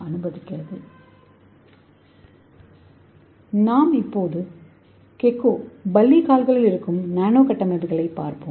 எனவே கெக்கோகால்களில் இருக்கும் நானோ கட்டமைப்புகளைப் பார்ப்போம்